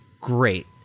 great